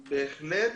בהחלט.